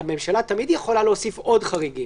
הממשלה תמיד יכולה להוסיף עוד חריגים